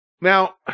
Now